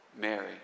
Mary